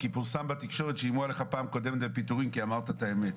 כי פורסם בתקשורת שאיימו עליך פעם קודמת בפיטורים כי אמרת את האמת.